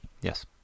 Yes